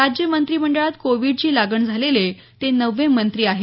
राज्य मंत्रिमंडळात कोविडची लागण झालेले ते नववे मंत्री आहेत